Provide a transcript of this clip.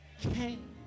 came